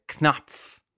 Knopf